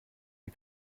est